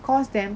cause them